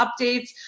updates